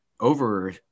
over